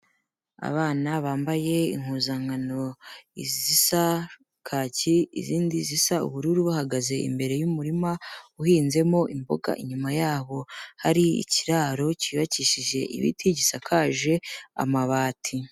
Abana bambaye impuzankano izisa kaki, izindi zisa ubururu bahagaze imbere y'umurima uhinzemo imboga, inyuma yabo hari ikiraro cyubakishije ibiti gisakaje amabati.